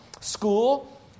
school